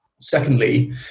Secondly